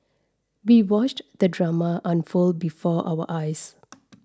we watched the drama unfold before our eyes